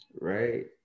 Right